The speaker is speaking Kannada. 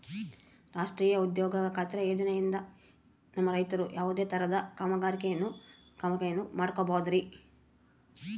ರಾಷ್ಟ್ರೇಯ ಉದ್ಯೋಗ ಖಾತ್ರಿ ಯೋಜನೆಯಿಂದ ನಮ್ಮ ರೈತರು ಯಾವುದೇ ತರಹದ ಕಾಮಗಾರಿಯನ್ನು ಮಾಡ್ಕೋಬಹುದ್ರಿ?